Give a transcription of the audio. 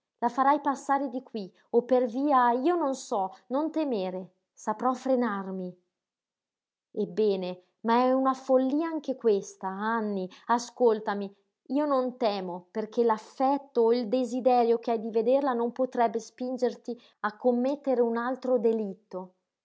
la farai passare di qui o per via io non so non temere saprò frenarmi ebbene ma è una follia anche questa anny ascoltami io non temo perché l'affetto o il desiderio che hai di vederla non potrebbe spingerti a commettere un altro delitto